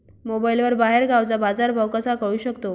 मोबाईलवर बाहेरगावचा बाजारभाव कसा कळू शकतो?